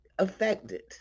affected